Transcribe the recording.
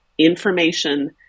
Information